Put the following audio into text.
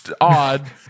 odd